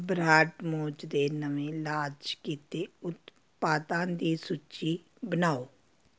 broad ਮੌਜ਼ ਦੇ ਨਵੇਂ ਲਾਚ ਕੀਤੇ ਉਤਪਾਦਾਂ ਦੀ ਸੂਚੀ ਬਣਾਓ